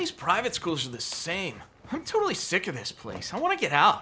these private schools the same totally sick of this place i want to get out